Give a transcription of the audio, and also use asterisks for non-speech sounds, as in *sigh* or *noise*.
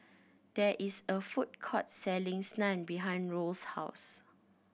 there is a food court selling *unintelligible* Naan behind Roll's house